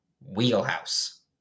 wheelhouse